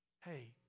Hey